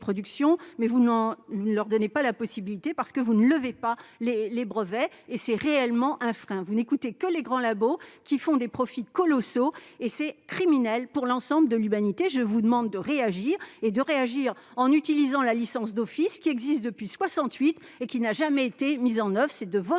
mais vous ne leur en donnez pas la possibilité, parce que vous ne levez pas les brevets. Il s'agit véritablement d'un frein. Vous n'écoutez que les grands laboratoires, qui font des profits colossaux. Cette attitude est criminelle pour l'ensemble de l'humanité ! Je vous demande de réagir, en utilisant la licence d'office, qui existe depuis 1968 et qui n'a jamais été mise en oeuvre.